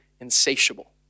insatiable